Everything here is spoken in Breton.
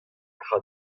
tra